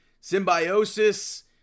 Symbiosis